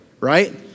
right